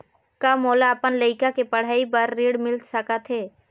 का मोला अपन लइका के पढ़ई के बर ऋण मिल सकत हे?